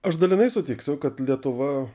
aš dalinai sutiksiu kad lietuva